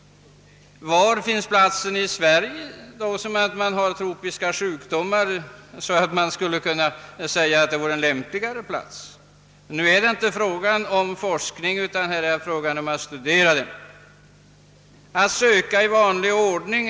Vad finns det för plats i Sverige där man har tropiska sjukdomar, så att man skulle kunna säga att det skulle vara en lämpligare plats? Fröken Olsson rekommenderar att skolan skulle söka statsbidrag i vanlig ordning.